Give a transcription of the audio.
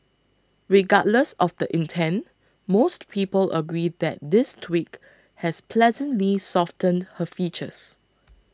regardless of the intent most people agree that this tweak has pleasantly softened her features